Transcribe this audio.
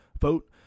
vote